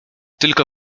tylko